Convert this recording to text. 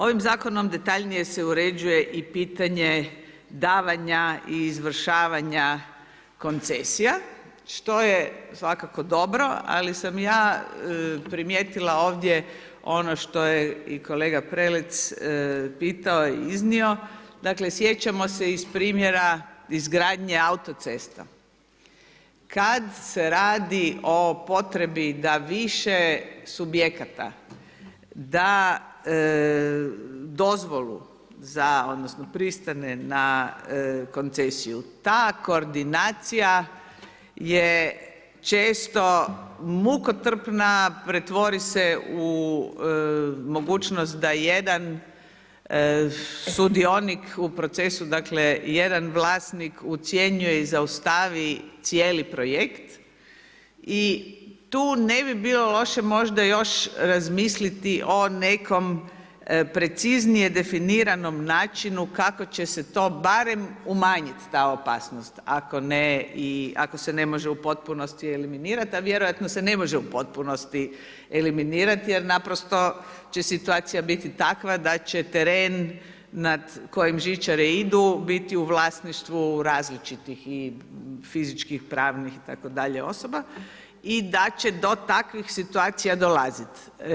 Ovim zakonom detaljnije se uređuje i pitanje davanja i izvršavanja koncesija, što je svakako dobro, ali sam ja primijetila ovdje ono što je i kolega Prelec pitao i iznio, dakle, sjećamo se iz primjera izgradnje autocesta, kada se radi o potrebi da više subjekata da dozvolu, za, odnosno, pristaje na koncesiju, ta koordinacija je često mukotrpna, pretvori se u mogućnost da jedan sudionik u procesu, dakle, jedan vlasnik ucjenjuje i zaustavi cijeli projekt i tu ne bi bilo loše možda još razmisliti o nekom preciznije definiranom načinu, kako će se to barem umanjiti ta opasnost, ako se ne može u potpunosti eliminirati, a vjerojatno se ne može u potpunosti eliminirati, jer naprosto će situacija biti takva, da će teren, nad kojem žičare idu, biti u vlasništvu različitih i fizičkih pravnih itd. osoba i da će do takvih situacija dolaziti.